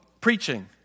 preaching